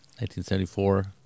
1974